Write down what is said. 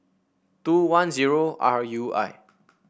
two one zero R U I